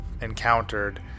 encountered